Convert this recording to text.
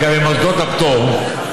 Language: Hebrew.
לגבי מוסדות הפטור,